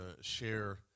share